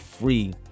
free